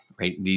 right